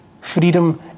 Freedom